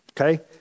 Okay